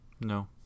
no